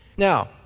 Now